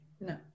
No